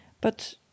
But